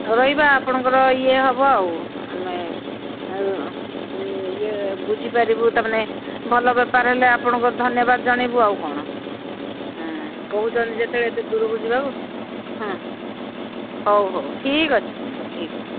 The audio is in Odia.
ରହିବା ଆପଣଙ୍କର ଇଏ ହେବ ଆଉ ଆମେ ଇଏ ବୁଝିପାରିବୁ ତାମାନେେ ଭଲ ବେପାର ହେଲେ ଆପଣଙ୍କର ଧନ୍ୟବାଦ ଜଣେଣବୁ ଆଉ କ'ଣ କହୁଛନ୍ତି ଯେତେବେଳେ ଏତେ ଦୂର ବୁଝିବାକୁ ହଉ ହଉ ଠିକ ଅଛି ମ୍ୟାଡମ୍ ଠିକ୍ ଅଛି